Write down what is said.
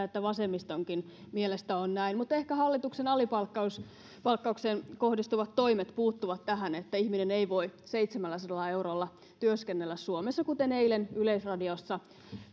että vasemmistonkin mielestä on näin mutta ehkä hallituksen alipalkkaukseen alipalkkaukseen kohdistuvat toimet puuttuvat tähän että ihminen ei voi seitsemälläsadalla eurolla työskennellä suomessa kuten eilen yleisradiossa